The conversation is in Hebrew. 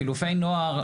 חילופי נוער,